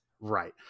right